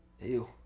Ew